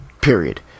period